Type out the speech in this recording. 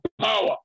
power